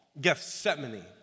Gethsemane